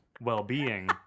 well-being